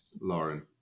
Lauren